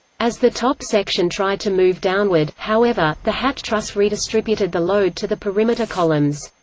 as the top section tried to move downward, however, the hat truss redistributed the load to the perimeter columns.